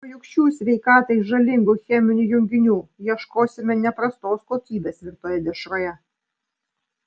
o juk šių sveikatai žalingų cheminių junginių ieškosime ne prastos kokybės virtoje dešroje